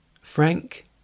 Frank